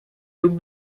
took